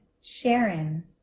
Sharon